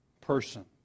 person